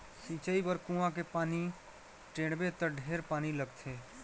सिंचई बर कुआँ के पानी टेंड़बे त ढेरे पानी लगथे